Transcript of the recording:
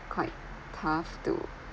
quite tough to